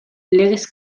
legez